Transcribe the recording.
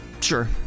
sure